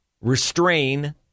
restrain